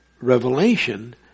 revelation